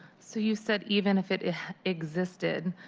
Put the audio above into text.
so you said even if it existed,